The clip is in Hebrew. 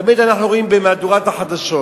אנחנו תמיד רואים במהדורת החדשות